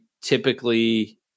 typically